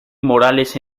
morales